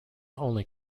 only